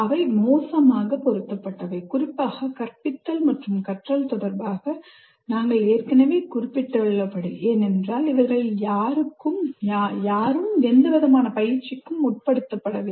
அவை மோசமாக பொருத்தப்பட்டவை குறிப்பாக கற்பித்தல் மற்றும் கற்றல் தொடர்பாக நாங்கள் ஏற்கனவே குறிப்பிட்டுள்ளபடி ஏனென்றால் இவர்களில் யாருக்கும் எந்தவிதமான பயிற்சிக்கும் உட்படுத்தப்படவில்லை